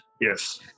yes